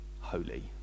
holy